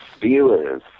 Viewers